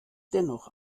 dennoch